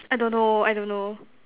I don't know I don't know